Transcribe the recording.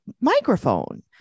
microphone